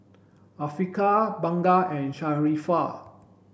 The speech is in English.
Afiqah Bunga and Sharifah